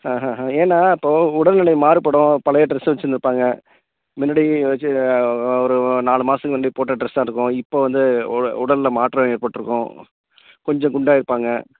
ஆ ஆ ஆ ஏன்னால் இப்போது உடல்நிலை மாறுபடும் பழைய ட்ரெஸ் வைச்சுருந்துருப்பாங்க முன்னாடி வைச்சு ஒரு வ நாலு மாதம் கொண்டு போட்ட ட்ரெஸ்ஸாக இருக்கும் இப்போது வந்து உடல் உடலில் மாற்றம் ஏற்பட்டிருக்கும் கொஞ்சம் குண்டாயிருப்பாங்க